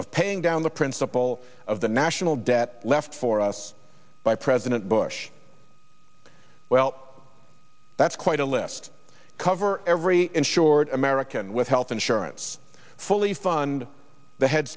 of paying down the principle of the national debt left for us by president bush well that's quite a list cover every insured american with health insurance fully fund the head